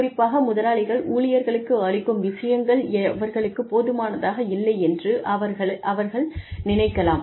குறிப்பாக முதலாளிகள் ஊழியர்களுக்கு அளிக்கும் விஷயங்கள் அவர்களுக்கு போதுமானதாக இல்லை என்று அவர்கள் நினைக்கலாம்